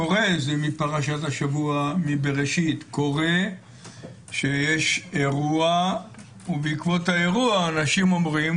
קורה זה מפרשת בראשית שיש אירוע ובעקבותיו אנשים אומרים,